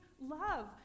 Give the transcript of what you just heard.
love